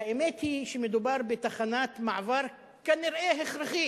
האמת היא שמדובר בתחנת מעבר כנראה הכרחית.